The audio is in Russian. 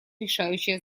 решающее